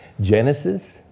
Genesis